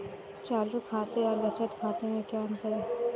चालू खाते और बचत खाते में क्या अंतर है?